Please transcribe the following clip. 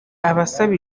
abasaba